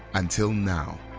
until now.